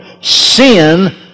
Sin